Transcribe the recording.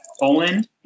Poland